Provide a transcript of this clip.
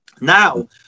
Now